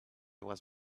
was